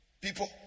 people